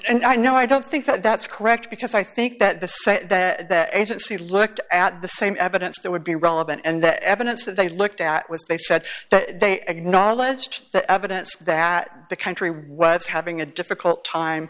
and i no i don't think that's correct because i think that the agency looked at the same evidence that would be relevant and that evidence that they looked at was they said that they acknowledged the evidence that the country was having a difficult time